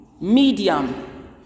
medium